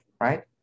right